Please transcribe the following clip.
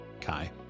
Kai